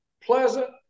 pleasant